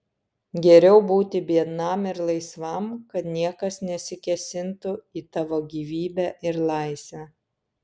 geriau būti biednam ir laisvam kad niekas nesikėsintų į tavo gyvybę ir laisvę